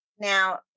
Now